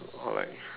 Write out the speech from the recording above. alright